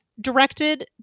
directed